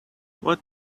what